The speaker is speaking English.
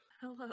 Hello